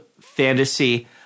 fantasy